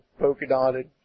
polka-dotted